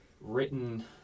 written